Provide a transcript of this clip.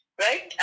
right